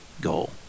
goal